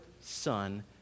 Son